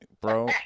Bro